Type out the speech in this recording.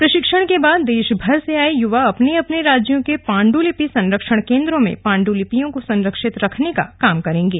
प्रशिक्षण के बाद देशभर से आए युवा अपने अपने राज्यों के पांडुलिपि संरक्षण केंद्रों में पांडुलिपियों को संरक्षित रखने का काम करेंगे